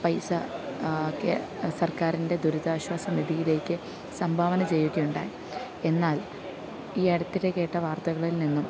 പൈസ ഒക്കെ സര്ക്കാരിന്റെ ദുരിതാശ്വാസ നിധിയിലേക്ക് സംഭാവന ചെയ്യുകയുണ്ടായി എന്നാല് ഈ അടുത്തിടെ കേട്ട വാര്ത്തകളില് നിന്നും